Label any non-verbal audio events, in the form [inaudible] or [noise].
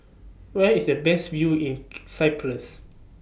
Where IS The Best View in [noise] Cyprus